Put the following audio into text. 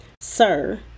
Sir